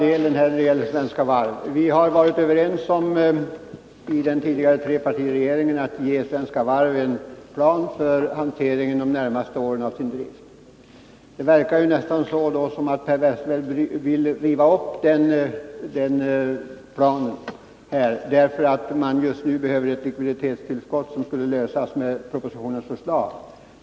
Fru talman! Man var överens om i den tidigare trepartiregeringen att ge Svenska Varv en plan för hanteringen av driften under de närmaste åren. Det verkar nästan som om Per Westerberg vill riva upp den planen därför att det just nu behövs ett likviditetstillskott som skulle tillförsäkras koncernen genom att riksdagen bifaller propositionens förslag.